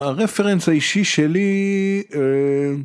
הרפרנס האישי שלי אההההההההההה